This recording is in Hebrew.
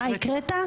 טוב,